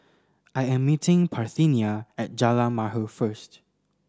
I am meeting Parthenia at Jalan Mahir first